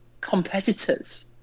competitors